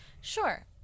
Sure